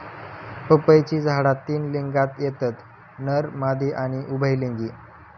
पपईची झाडा तीन लिंगात येतत नर, मादी आणि उभयलिंगी